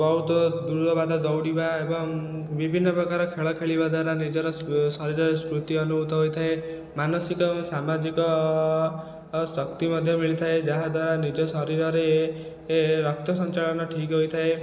ବହୁତ ଦୂର ବାଟ ଦୌଡ଼ିବା ଏବଂ ବିଭିନ୍ନ ପ୍ରକାର ଖେଳ ଖେଳିବା ଦ୍ଵାରା ନିଜର ଶରୀର ସ୍ଫୂର୍ତ୍ତି ଅନୁଭବ ହୋଇଥାଏ ମାନସିକ ସାମାଜିକ ଶକ୍ତି ମଧ୍ୟ ମିଳିଥାଏ ଯାହାଦ୍ଵାରା ନିଜ ଶରୀରରେ ଏ ରକ୍ତ ସଞ୍ଚାଳନ ଠିକ ହୋଇଥାଏ